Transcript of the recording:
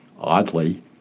Oddly